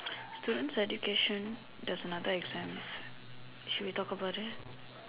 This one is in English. students education there's another exam should we talk about it